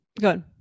good